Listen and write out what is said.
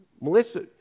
Melissa